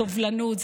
בסובלנות,